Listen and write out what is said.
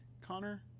Connor